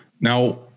now